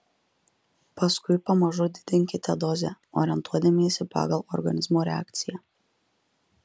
paskui pamažu didinkite dozę orientuodamiesi pagal organizmo reakciją